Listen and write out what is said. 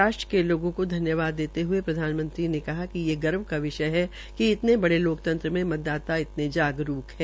राष्ट्र के लोगों को धन्यवाद देते हये प्रधानमंत्री ने कहा कि ये गर्व की का विषय है कि इतने बड़े लोकतंत्र में मतदाता इतने जागरूक है